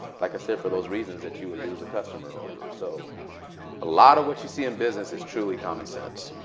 like i said, for those reasons that you would lose a customer over. so a lot of what you see in business is truly common sense.